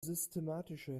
systematische